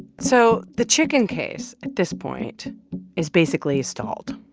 so the chicken case at this point is basically stalled.